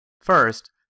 First